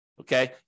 okay